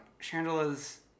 chandela's